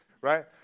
right